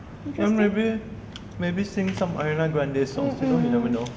or maybe sing some ariana grande songs you know you never know